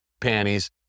panties